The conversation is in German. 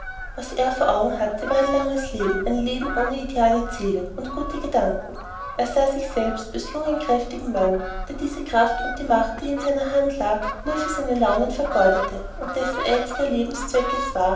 was er vor augen hatte war ein langes leben ein leben ohne ideale ziele und gute gedanken er sah sich selbst als jungen kräftigen mann der diese kraft und die macht die in seiner hand lag nur für seine launen vergeudete und dessen einziger lebenszweck es war